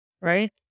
Right